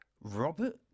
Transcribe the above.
Robert